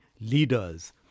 leaders